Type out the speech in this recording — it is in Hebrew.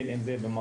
בין אם זה במכון,